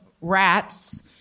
rats